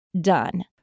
done